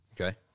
okay